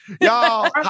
Y'all